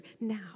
now